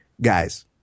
guys